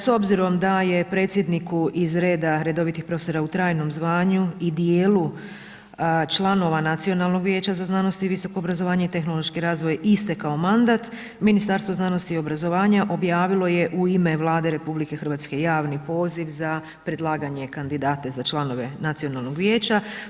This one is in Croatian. S obzirom da je predsjedniku iz reda redovitih profesora u trajnom zvanju i dijelu članova Nacionalnog vijeća za znanost i visoko obrazovanje i tehnološki razvoj istekao mandat, Ministarstvo znanosti i obrazovanja objavilo je u ime Vlade RH javni poziv za predlaganje kandidate za članove Nacionalnog vijeća.